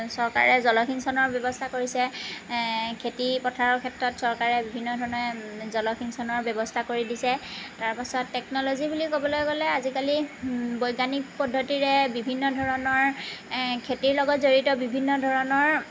চৰকাৰে জলসিঞ্চনৰ ব্যৱস্থা কৰিছে খেতি পথাৰৰ ক্ষেত্ৰত চৰকাৰে বিভিন্ন ধৰণে জলসিঞ্চনৰ ব্যৱস্থা কৰি দিছে তাৰ পাছত টেকন'লজী বুলি ক'বলৈ গ'লে আজিকালি বৈজ্ঞানীক পদ্ধতিৰে বিভিন্ন ধৰণৰ খেতিৰ লগত জড়িত বিভিন্ন ধৰণৰ